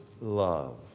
love